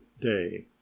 day